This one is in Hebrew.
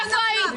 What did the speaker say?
איפה היית?